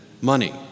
money